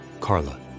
Carla